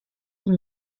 vous